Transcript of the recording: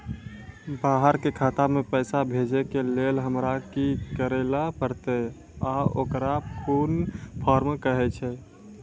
बाहर के खाता मे पैसा भेजै के लेल हमरा की करै ला परतै आ ओकरा कुन फॉर्म कहैय छै?